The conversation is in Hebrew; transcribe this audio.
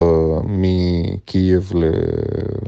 אה... מקייב ל...